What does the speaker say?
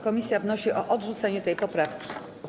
Komisja wnosi o odrzucenie tej poprawki.